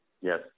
Yes